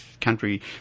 country